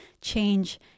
change